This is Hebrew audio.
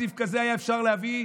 תקציב כזה היה אפשר להביא,